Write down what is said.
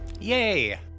Yay